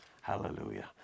Hallelujah